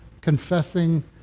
confessing